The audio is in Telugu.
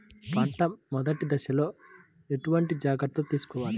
పంట మెదటి దశలో ఎటువంటి జాగ్రత్తలు తీసుకోవాలి?